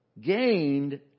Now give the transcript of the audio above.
gained